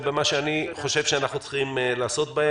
ובמה שאני חושב שאנחנו צריכים לעשות בהן,